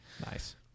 Nice